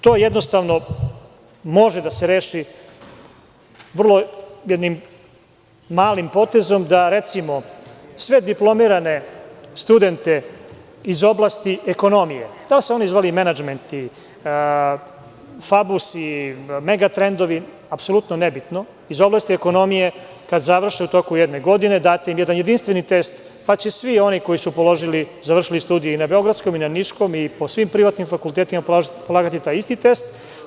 To jednostavno može da se reši vrlo jednim malim potezom, da recimo, sve diplomirane studente iz oblasti ekonomije, da li se oni zvali menadžmenti, fabusi, megatrendovi, apsolutno je nebitno, iz oblasti ekonomije kada završe u toku jedne godine, date im jedan jedinstveni test pa će svi oni koji su položili, završili studije i na beogradskom i na niškom i po svim privatnim fakultetima polagati taj isti test.